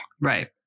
Right